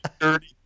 Dirty